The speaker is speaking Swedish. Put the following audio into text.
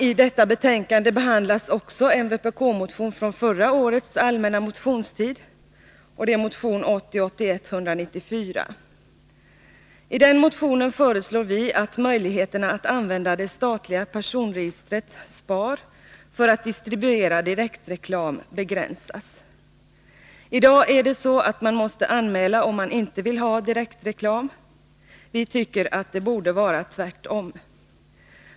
I detta betänkande behandlas också en vpk-motion från förra årets allmänna motionstid, nämligen motion 1980/81:194. I den motionen föreslår vi att möjligheterna att använda det statliga personregistret SPAR för att distribuera direktreklam begränsas. I dag måste man anmäla om man inte vill ha direktreklam. Vi tycker att det borde vara tvärtom.